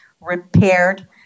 repaired